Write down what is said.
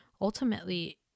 ultimately